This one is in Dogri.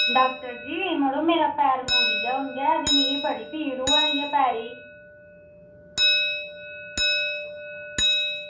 डाक्टर जी मड़ो मेरा पैर मुड़ी गेआ हून गै ते मिगी बड़ी पीड़ होआ दी ऐ पैरे ई